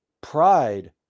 Pride